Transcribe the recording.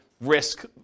risk